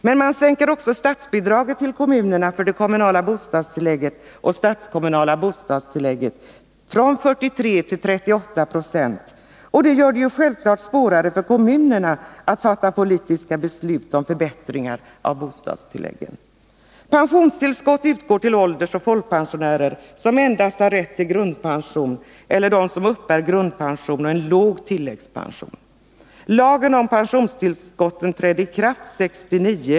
Men man sänker också statsbidraget till kommunerna för det kommunala bostadstillägget och det statskommunala bostadstillägget från 43 9 till 38 90, och det gör det självfallet svårare för kommunerna att fatta politiska beslut om förbättringar av bostadstillägget. Pensionstillskott utgår till åldersoch folkpensionärer som endast har rätt till grundpension eller till dem som uppbär grundpension och en låg tilläggspension.